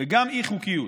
וגם אי-חוקיות,